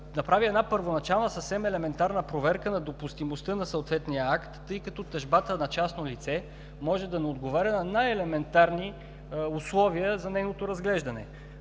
направи една първоначална съвсем елементарна проверка на допустимостта на съответния акт, тъй като тъжбата на частно лице може да не отговаря на най-елементарни условия за нейното разглеждане.